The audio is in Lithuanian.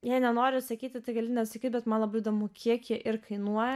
jei nenori sakyti tai gali nesakyt bet man labai įdomu kiek jie ir kainuoja